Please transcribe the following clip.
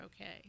okay